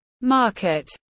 market